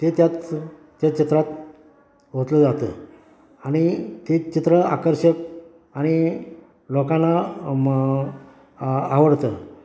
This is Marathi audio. ते त्या त्या चित्रात ओतलं जातं आणि ते चित्र आकर्षक आणि लोकांना मं आ आवडतं